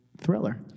Thriller